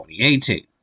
2018